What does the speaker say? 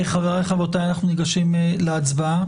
חברי וחברותיי, אנחנו ניגשים להצבעה.